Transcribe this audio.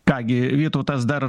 ką gi vytautas dar